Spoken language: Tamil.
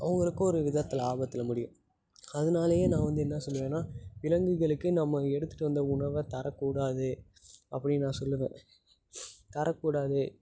அவங்களுக்கும் ஒரு விதத்தில் ஆபத்தில் முடியும் அதனாலயே நான் வந்து என்ன சொல்லுவேன்னா விலங்குகளுக்கு நம்ம எடுத்துகிட்டு வந்த உணவை தரக்கூடாது அப்படின்னு நான் சொல்லுவேன் தரக்கூடாது